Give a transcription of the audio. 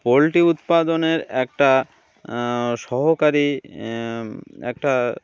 poultry উৎপাদনের একটা সহকারী একটা